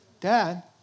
Dad